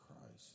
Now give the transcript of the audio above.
Christ